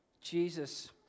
Jesus